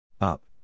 up